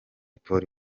polly